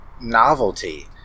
novelty